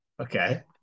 Okay